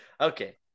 okay